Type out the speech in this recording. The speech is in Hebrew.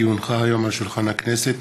כי הונחה היום על שולחן הכנסת,